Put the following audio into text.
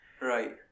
Right